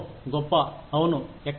గొప్ప అవును ఎక్కడ